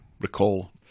recall